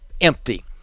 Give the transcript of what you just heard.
empty